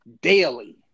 daily